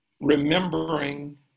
remembering